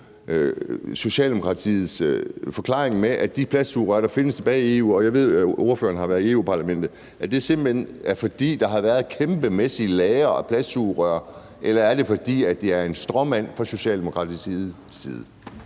Socialdemokratiets forklaring om, at når der stadig kan købes plastsugerør i EU – og jeg ved, at ordføreren har været i Europa-Parlamentet – så skyldes det simpelt hen, at der har været kæmpemæssige lagre af plastsugerør, eller er det er en stråmand fra Socialdemokratiets side?